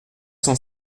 cent